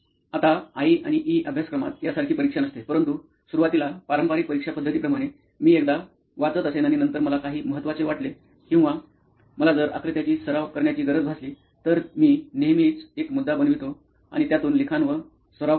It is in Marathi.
आता आई आणि ई अभ्यासक्रमात यासारखी परीक्षा नसते परंतु सुरुवातीला पारंपारिक परीक्षा पद्धतीप्रमाणे मी एकदा वाचत असेन आणि नंतर मला काही महत्वाचे वाटले किंवा मला जर आकृत्याची सराव करण्याची गरज भासली तर मी नेहमीच एक मुद्दा बनवितो आणि त्यातून लिखाण व सराव करतो